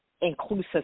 inclusive